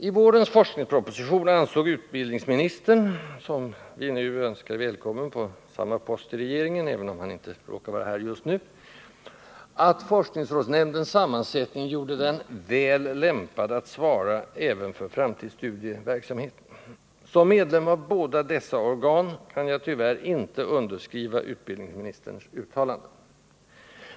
I vårens forskningsproposition ansåg utbildningsministern — som vi nu önskar välkommen på samma post i den nya regeringen, även om han inte råkar vara här just nu — att forskningrådsnämndens sammansättning gjorde den väl lämpad att svara även för framtidsstudieverksamheten. Som medlem av båda dessa organ kan jag tyvärr inte underskriva utbildningsministerns uttalande.